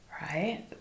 right